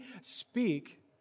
speak